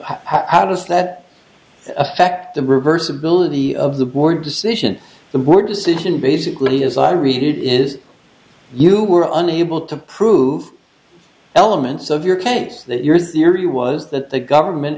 how does that affect the reversibility of the board decision the board decision basically as i read it is you were unable to prove elements of your case that your theory was that the government